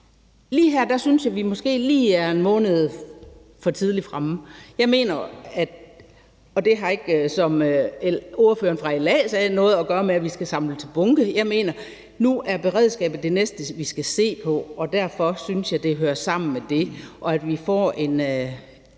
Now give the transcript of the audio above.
er brandmand – er vi måske lige en måned for tidligt fremme. Jeg mener – og det har ikke, som ordføreren for LA sagde, noget at gøre med, at vi skal samle til bunke – at nu er beredskabet det næste, vi skal se på, og derfor hører det sammen med det, synes jeg,